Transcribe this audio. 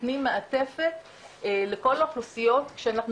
נותנים מעטפת לכל האוכלוסיות שאנחנו